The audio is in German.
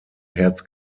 herz